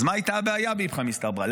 אז מה הייתה הבעיה באיפכא מסתברא?